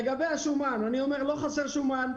לגבי השומן לא חסר שומן,